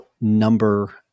number